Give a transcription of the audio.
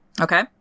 okay